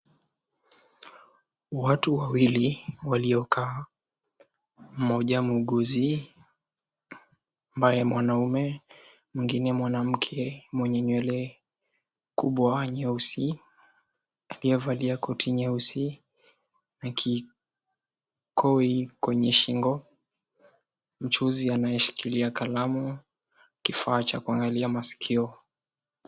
Watu wawili waliokaa. Mmoja mguuzi, ambaye ni mwanaume, mwingine mwanamke mwenye nywele kubwa nyeusi, aliyevaa koti nyeusi na kikoi kwenye shingo. Mchuzi anayeshikilia kalamu, kifaa cha kuangalia masikio.